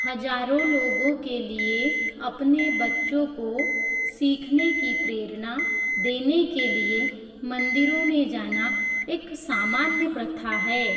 हज़ारों लोगों के लिए अपने बच्चों को सीखने की प्रेरणा देने के लिए मंदिरों में जाना एक सामान्य प्रथा है